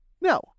No